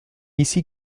ici